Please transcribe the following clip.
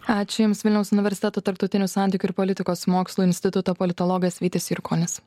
ačiū jums vilniaus universiteto tarptautinių santykių ir politikos mokslų instituto politologas vytis jurkonis